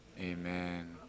Amen